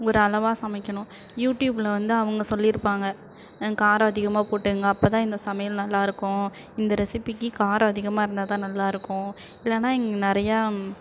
ஒரு அளவாக சமைக்கணும் யூடியூப்பில் வந்து அவங்க சொல்லியிருப்பாங்க காரம் அதிகமாக போட்டுகங்க அப்போ தான் இந்த சமையல் நல்லாயிருக்கும் இந்த ரெஸிபிக்கு காரம் அதிகமாக இருந்தால் தான் நல்லா இருக்கும் இல்லைன்னா இங்கே நிறையா